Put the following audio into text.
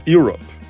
Europe